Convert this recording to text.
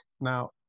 Now